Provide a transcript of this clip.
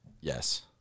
Yes